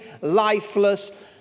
lifeless